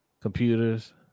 computers